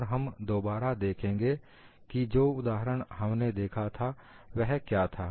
और हम दोबारा देखेंगे कि जो उदाहरण हमने देखा था वह क्या था